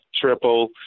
triple